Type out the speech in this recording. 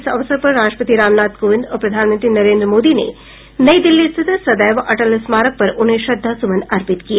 इस अवसर पर राष्ट्रपति रामनाथ कोविंद और प्रधानमंत्री नरेन्द्र मोदी ने नई दिल्ली स्थित सदैव अटल स्मारक पर उन्हें श्रद्धासुमन अर्पित किए